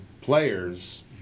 players